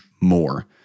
more